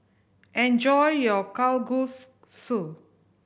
enjoy your Kalguksu